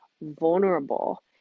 vulnerable